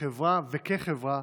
בחברה וכחברה